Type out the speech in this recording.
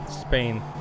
Spain